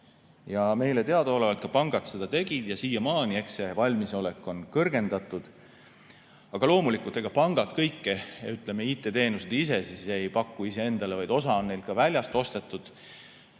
Meile teadaolevalt pangad seda ka tegid. Siiamaani, eks see valmisolek on kõrgendatud. Aga loomulikult, ega pangad kõiki IT-teenuseid ise ei paku endale, vaid osa on neil ka väljast ostetud.